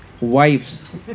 wives